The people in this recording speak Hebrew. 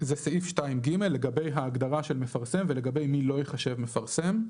זה סעיף 2(ג) לגבי ההגדרה של "מפרסם" ולגבי מי לא ייחשב מפרסם.